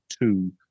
two